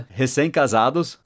recém-casados